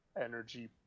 energy